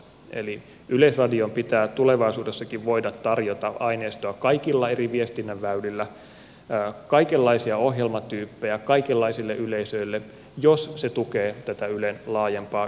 eli yleisradion pitää tulevaisuudessakin voida tarjota aineistoa kaikilla eri viestinnän väylillä kaikenlaisia ohjelmatyyppejä kaikenlaisille yleisöille jos se tukee tätä ylen laajempaa yhteiskunnallista tehtävää